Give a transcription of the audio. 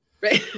Right